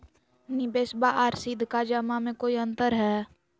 निबेसबा आर सीधका जमा मे कोइ अंतर हय?